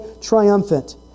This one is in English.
triumphant